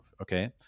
Okay